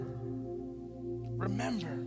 remember